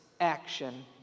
action